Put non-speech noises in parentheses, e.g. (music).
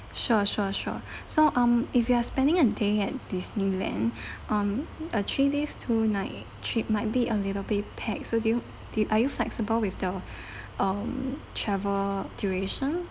sure sure sure (breath) so um if you are spending a day at Disneyland (breath) um uh three days two night trip might be a little bit packed so do you are you flexible with the (breath) um travel duration